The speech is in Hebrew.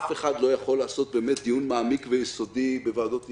אף אחד לא יכול לעשות באמת דיון מעמיק ויסודי בוועדות אפיון.